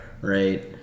right